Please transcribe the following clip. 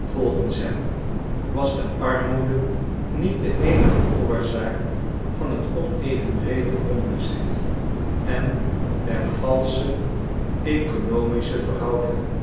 volgens hem was de armoede niet de eenige oorzaak van het onevenredig grondbezit en der valsche oeconomische verhoudingen